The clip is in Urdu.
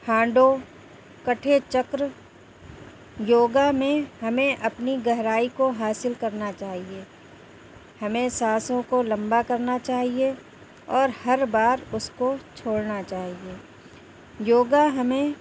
ہانڈوں کٹھے چکر یوگا میں ہمیں اپنی گہرائی کو حاصل کرنا چاہیے ہمیں سانسوں کو لمبا کرنا چاہیے اور ہر بار اس کو چھوڑنا چاہیے یوگا ہمیں